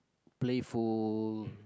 playful